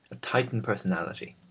a titan personality.